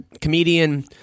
Comedian